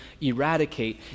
eradicate